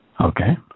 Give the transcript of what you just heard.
Okay